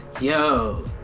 yo